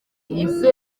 imwe